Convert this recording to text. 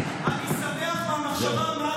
את עושה לקואליציה.